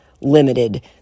limited